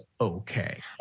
okay